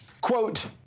quote